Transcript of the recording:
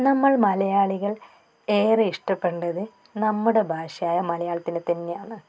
നമ്മൾ മലയാളികൾ ഏറെ ഇഷ്ടപ്പെടേണ്ടത് നമ്മുടെ ഭാഷയായ മലയാളത്തിനെ തന്നെയാണ്